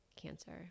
cancer